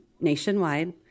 nationwide